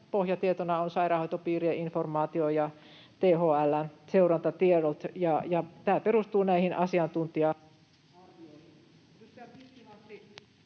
pohjatietona on sairaanhoitopiirien informaatio ja THL:n seurantatiedot, ja tämä perustuu näihin asiantuntija-arvioihin.